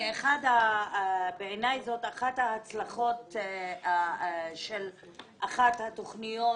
בעיניי זאת אחת ההצלחות של אחת התוכניות